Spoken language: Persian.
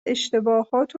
اشتباهات